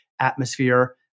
atmosphere